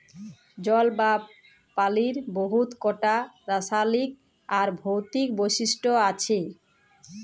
জল বা পালির বহুত কটা রাসায়লিক আর ভৌতিক বৈশিষ্ট আছে